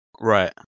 right